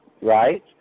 right